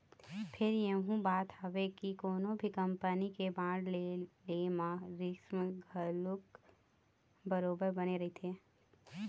फेर यहूँ बात हवय के कोनो भी कंपनी के बांड ल ले म रिस्क घलोक बरोबर बने रहिथे